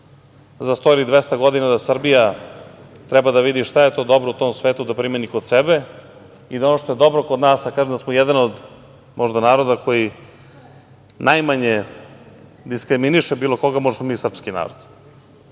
za 100 ili 200 godina da Srbija treba da vidi šta je to dobro u tom svetu da primeni kod sebe i da ono što je dobro kod nas, a kažu da smo jedan od možda naroda koji najmanje diskriminiše bilo koga, pošto smo mi srpski narod.